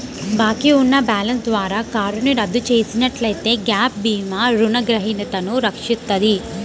బాకీ ఉన్న బ్యాలెన్స్ ద్వారా కారును రద్దు చేసినట్లయితే గ్యాప్ భీమా రుణగ్రహీతను రక్షిస్తది